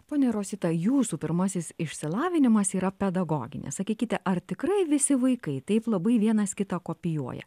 ponia rosita jūsų pirmasis išsilavinimas yra pedagoginis sakykite ar tikrai visi vaikai taip labai vienas kitą kopijuoja